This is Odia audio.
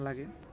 ଲାଗି